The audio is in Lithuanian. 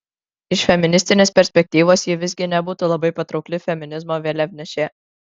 iš feministinės perspektyvos ji visgi nebūtų labai patraukli feminizmo vėliavnešė